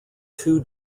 two